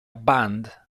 band